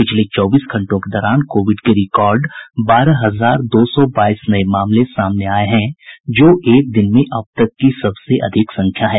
पिछले चौबीस घंटों के दौरान कोविड के रिकार्ड बारह हजार दो सौ बाईस नये मामले सामने आये हैं जो एक दिन में अब तक की सबसे अधिक संख्या है